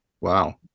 Wow